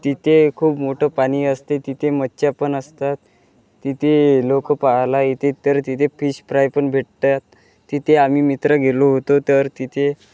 तिथे खूप मोठं पाणी असते तिथे मच्छ्या पण असतात तिथे लोक पाहायला येते तर तिथे फिश फ्राय पण भेटतात तिथे आम्ही मित्र गेलो होतो तर तिथे